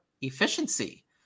efficiency